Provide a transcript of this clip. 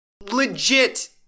legit